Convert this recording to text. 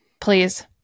Please